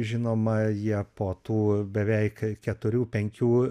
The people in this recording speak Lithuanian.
žinoma jie po tų beveik keturių penkių